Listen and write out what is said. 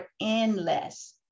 endless